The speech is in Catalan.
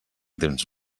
temps